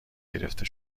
گرفته